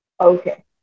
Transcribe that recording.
Okay